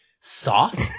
soft